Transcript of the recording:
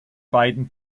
beiden